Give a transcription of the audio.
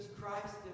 Christ